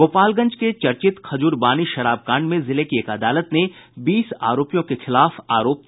गोपालगंज के चर्चित खजूरबानी शराब कांड में जिले की एक अदालत ने बीस आरोपियों के खिलाफ आरोप तय कर दिया है